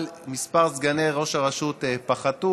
אבל מספר סגני ראש הרשות פחת.